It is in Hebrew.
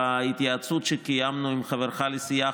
בהתייעצות שקיימנו עם חברך לסיעה,